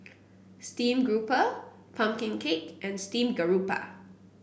stream grouper pumpkin cake and Steamed Garoupa